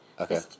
Okay